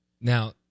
Now